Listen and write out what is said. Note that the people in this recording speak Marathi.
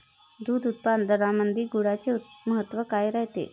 दूध उत्पादनामंदी गुळाचे महत्व काय रायते?